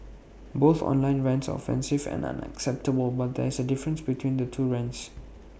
both online rants are offensive and unacceptable but there is A difference between the two rants